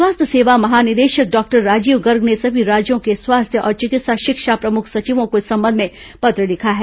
स्वास्थ्य सेवा महानिदेशक डॉक्टर राजीव गर्ग ने सभी राज्यों के स्वास्थ्य और चिकित्सा शिक्षा प्रमुख सचियों को इस संबंध में पत्र लिखा है